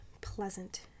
pleasant